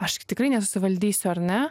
aš tikrai nesusivaldysiu ar ne